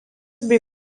bei